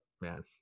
man